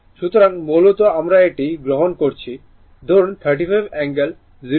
সুতরাং মূলত আমরা এটি গ্রহণ করেছি ধরুন 35 অ্যাঙ্গেল 0 o